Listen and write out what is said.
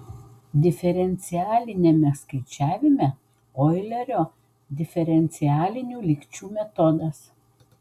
diferencialiniame skaičiavime oilerio diferencialinių lygčių metodas